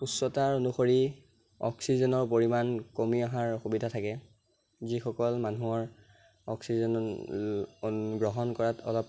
উচ্চতাৰ অনুসৰি অক্সিজেনৰ পৰিমাণ কমি অহাৰ অসুবিধা থাকে যিসকল মানুহৰ অক্সিজেন গ্ৰহণ কৰাত অলপ